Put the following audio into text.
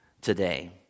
today